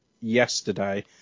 yesterday